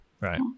Right